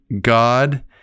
God